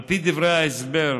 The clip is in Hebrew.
על פי דברי ההסבר,